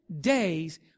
days